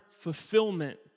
fulfillment